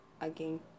again